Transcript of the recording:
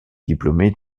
diplômés